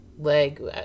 leg